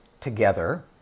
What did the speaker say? together